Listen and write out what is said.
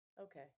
okay